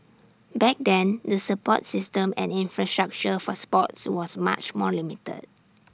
back then the support system and infrastructure for sports was much more limited